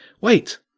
Wait